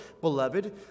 beloved